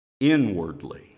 inwardly